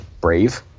Brave